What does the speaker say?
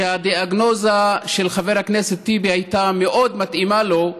שהדיאגנוזה של חבר הכנסת טיבי הייתה מאוד מתאימה לו,